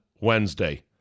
Wednesday